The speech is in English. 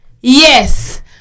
Yes